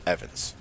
Evans